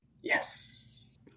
Yes